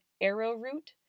arrowroot